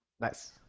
Nice